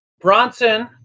Bronson